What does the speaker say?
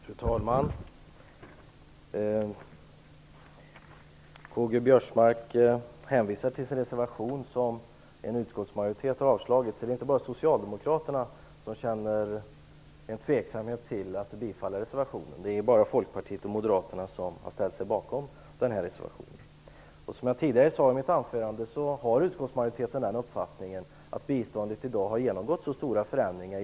Fru talman! Karl-Göran Biörsmark hänvisar till sin reservation som en utskottsmajoritet har avstyrkt. Det är inte bara socialdemokraterna som känner en tveksamhet inför att tillstyrka reservationen. Det är bara Folkpartiet och Moderaterna som har ställt sig bakom den här reservationen. Som jag tidigare sade i mitt anförande har utskottsmajoriteten den uppfattningen att biståndet i dag har genomgått stora förändringar.